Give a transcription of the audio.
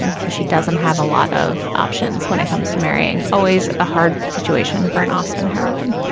and so she doesn't have a lot of options when it comes to marrying. always a hard situation for an austin heroine.